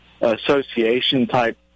association-type